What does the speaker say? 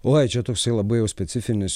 oi čia toksai labai jau specifinis